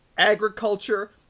agriculture